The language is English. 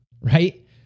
right